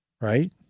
Right